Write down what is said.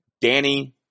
Danny